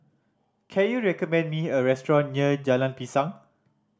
can you recommend me a restaurant near Jalan Pisang